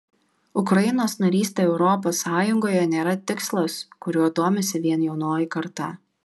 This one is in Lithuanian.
ukrainos narystė europos sąjungoje nėra tikslas kuriuo domisi vien jaunoji karta